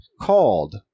called